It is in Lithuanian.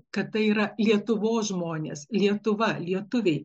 kad tai yra lietuvos žmonės lietuva lietuviai